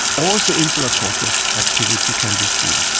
also insular cortex activity can be seen.